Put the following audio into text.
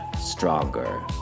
stronger